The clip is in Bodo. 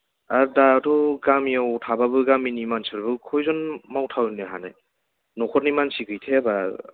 आरो दाथ' गामियाव थाबाबो गामिनि मानसिफोरखौ खैजोन मावथारहोनो हानो न'खरनि मानसि गैखायाबा